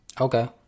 Okay